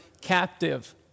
captive